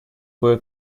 кое